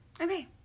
Okay